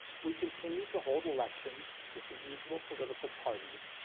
we continued to hold elections with the usual political parties,